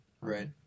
Right